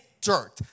dirt